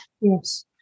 Yes